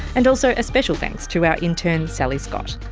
and also a special thanks to our intern sally scott.